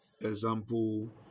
example